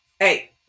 Hey